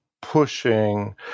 pushing